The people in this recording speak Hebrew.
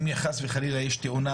אם חס וחלילה יש תאונה